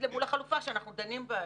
להגיד, אל מול החלופה שאנחנו דנים בה היום.